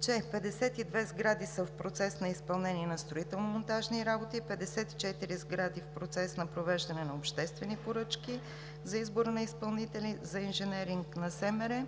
че 52 сгради са в процес на изпълнение на строително-монтажни работи; 54 сгради – в процес на провеждане на обществени поръчки за избора на изпълнители за инженеринг на СМР;